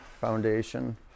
foundation